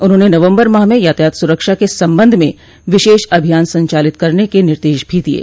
उन्होंने नवम्बर माह में यातायात सुरक्षा के संबंध में विशेष अभियान संचालित करने के निर्देश भी दिये